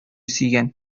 сөйгән